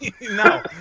No